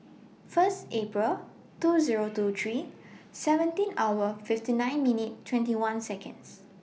First April two Zero two three seventeen hour fifty nine minute twenty one Seconds